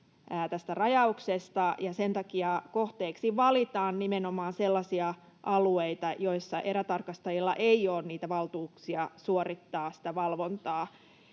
tästä rajauksesta, ja sen takia kohteeksi valitaan nimenomaan sellaisia alueita, joissa erätarkastajilla ei ole valtuuksia suorittaa sitä valvontaa.